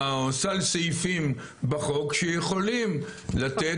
או סל סעיפים בחוק שיכולים לתת,